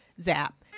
Zap